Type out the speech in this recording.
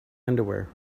underwear